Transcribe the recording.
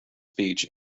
speech